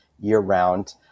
year-round